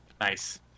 Nice